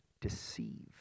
deceive